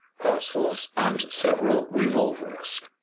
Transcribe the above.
parcels, and several revolvers.